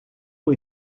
ont